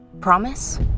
Promise